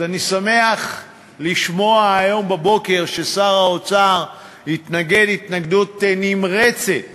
אז אני שמח לשמוע היום בבוקר ששר האוצר התנגד התנגדות נמרצת